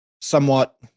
somewhat